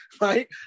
right